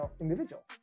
individuals